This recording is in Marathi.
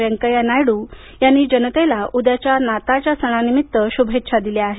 व्यंकय्या नायडू यांनी जनतेला उद्याच्या ख्रिसमस सणानिमित्त शुभेच्छा दिल्या आहेत